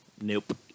Nope